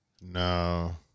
No